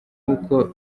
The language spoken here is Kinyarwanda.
uko